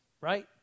right